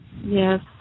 Yes